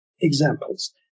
Examples